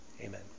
Amen